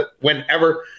Whenever